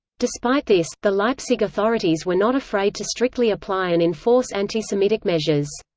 despite this, the leipzig authorities were not afraid to strictly apply and enforce anti-semitic measures.